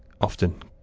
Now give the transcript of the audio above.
often